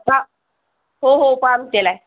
पा हो हो पाम तेल आहे